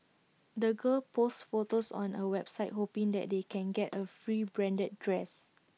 the girls posts photos on A website hoping that they can get A free branded dress